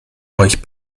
euch